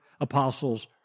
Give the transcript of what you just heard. apostles